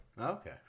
Okay